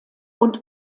und